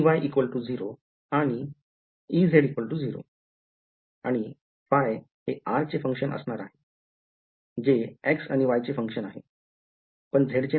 आणि ø हे r चे function असणार आहे जे x आणि y चे function आहे पण z चे नाही